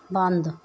ਬੰਦ